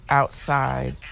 outside